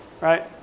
Right